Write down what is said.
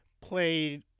played